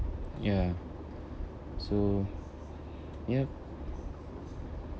ya so yup